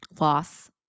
loss